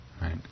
right